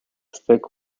thick